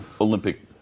Olympic